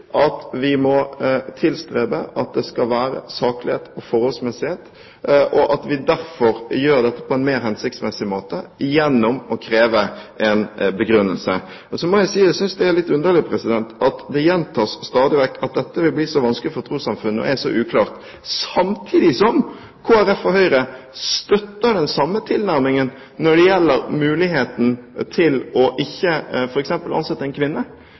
at vi må tilstrebe at det skal være saklighet og forholdsmessighet, og at vi derfor gjør dette på en mer hensiktsmessig måte gjennom å kreve en begrunnelse. Så må jeg si at jeg synes det er litt underlig at det stadig vekk gjentas at dette vil bli så vanskelig for trossamfunnene og er så uklart samtidig som Kristelig Folkeparti og Høyre støtter den samme tilnærmingen når det gjelder muligheten til f.eks. ikke å ansette en kvinne.